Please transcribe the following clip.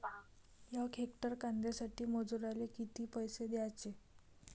यक हेक्टर कांद्यासाठी मजूराले किती पैसे द्याचे?